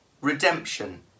redemption